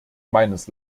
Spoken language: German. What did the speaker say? meines